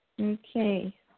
Okay